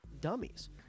dummies